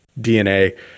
DNA